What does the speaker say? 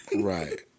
Right